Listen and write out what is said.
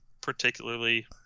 particularly